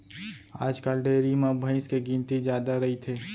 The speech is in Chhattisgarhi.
आजकाल डेयरी म भईंस के गिनती जादा रइथे